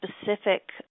specific